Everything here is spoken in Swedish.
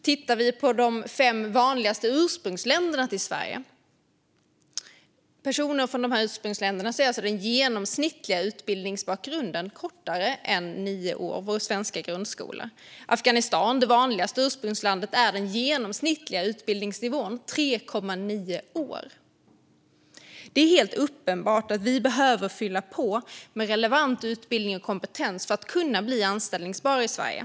Tittar vi på de fem vanligaste ursprungsländerna till Sverige kan vi se att personer från dessa länder har en genomsnittlig utbildningsbakgrund som är kortare än nio år, vår svenska grundskola. För dem som kommer från Afghanistan, det vanligaste ursprungslandet, är den genomsnittliga utbildningsbakgrunden 3,9 år. Det är helt uppenbart att vi behöver fylla på med relevant utbildning och kompetens för att dessa personer ska kunna bli anställbara i Sverige.